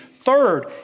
Third